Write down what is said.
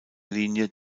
linie